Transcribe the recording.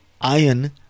iron